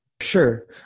Sure